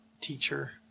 Teacher